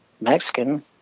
mexican